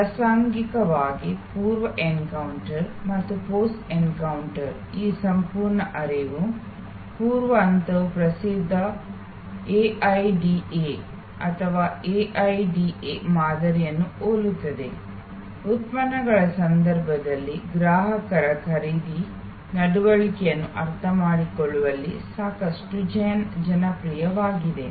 ಪ್ರಾಸಂಗಿಕವಾಗಿ ಪೂರ್ವ ಎನ್ಕೌಂಟರ್ ಮತ್ತು post encounter ಈ ಸಂಪೂರ್ಣ ಹರಿವು ಪೂರ್ವ ಹಂತವು ಪ್ರಸಿದ್ಧ ಎಐಡಿಎ ಅಥವಾ ಎಐಡಿಎ ಮಾದರಿಯನ್ನು ಹೋಲುತ್ತದೆ ಉತ್ಪನ್ನಗಳ ಸಂದರ್ಭದಲ್ಲಿ ಗ್ರಾಹಕರ ಖರೀದಿ ನಡವಳಿಕೆಯನ್ನು ಅರ್ಥಮಾಡಿಕೊಳ್ಳುವಲ್ಲಿ ಸಾಕಷ್ಟು ಜನಪ್ರಿಯವಾಗಿದೆ